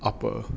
upper